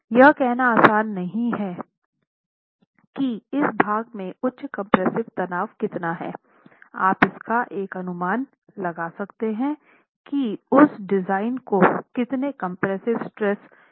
यह कहना आसान नहीं है कि इस भाग में उच्च कम्प्रेस्सिव तनाव कितना है आप इसका एक अनुमान लगा सकते हैं कि उस डिज़ाइन को कितने कंप्रेसिव स्ट्रेस की आवश्यकता है